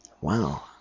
Wow